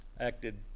acted